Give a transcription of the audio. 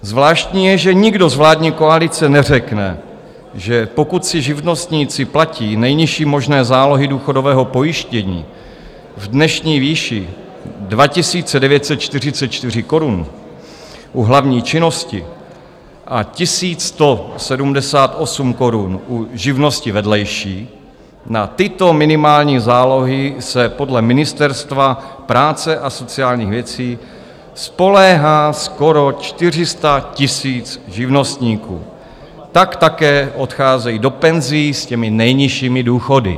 Zvláštní je, že nikdo z vládní koalice neřekne, že pokud si živnostníci platí nejnižší možné zálohy důchodového pojištění v dnešní výši 2 944 korun u hlavní činnosti a 1 178 korun u živnosti vedlejší na tyto minimální zálohy se podle Ministerstva práce a sociálních věcí spoléhá skoro 400 000 živnostníků tak také odcházejí do penzí s těmi nejnižšími důchody.